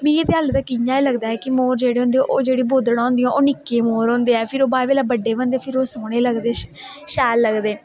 मि ते हली तक इयां गै लगदा ऐ कि मोर जेहडे़ होंदे ओह् जेहड़ी बोधडा होंदियां ओह् निक्के मोर होंदे ऐ फिर ओह् बाद बेल्ले बड्डे बनदे फिर ओह् सोहने लगदे सैल लगदे